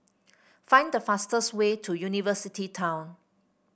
find the fastest way to University Town